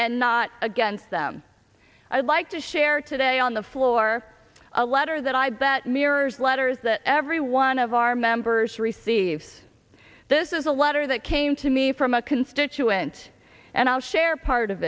and not against them i would like to share today on the floor a letter that i bet mirrors letters that every one of our members receive this is a letter that came to me from a constituent and i'll share part of